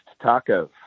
tacos